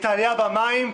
את העלייה בתעריף המים,